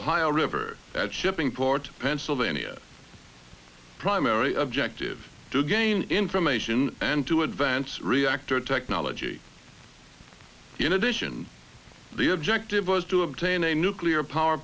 ohio river that shipping port pennsylvania primary objective to gain information and to advance reactor technology in addition the objective was to obtain a nuclear power